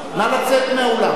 נא לצאת מהאולם.